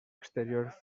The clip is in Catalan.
exterior